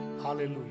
Hallelujah